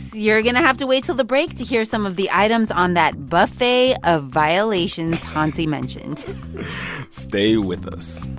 you're going to have to wait till the break to hear some of the items on that buffet of violations hansi mentioned stay with us